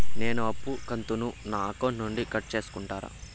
నేను అప్పు కంతును నా అకౌంట్ నుండి కట్ సేసుకుంటారా?